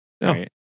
No